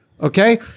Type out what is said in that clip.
Okay